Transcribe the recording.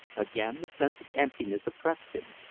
again the sense of emptiness oppressed him.